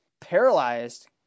paralyzed